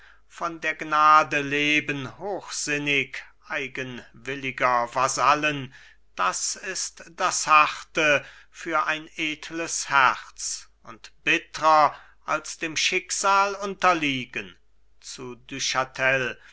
von der gnade leben hochsinnig eigenwilliger vasallen das ist das harte für ein edles herz und bittrer als dem schicksal unterliegen zu